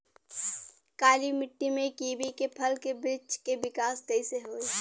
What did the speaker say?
काली मिट्टी में कीवी के फल के बृछ के विकास कइसे होई?